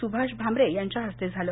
सुभाष भामरे यांच्या हस्ते झालं